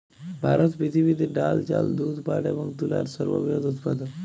ভারত পৃথিবীতে ডাল, চাল, দুধ, পাট এবং তুলোর সর্ববৃহৎ উৎপাদক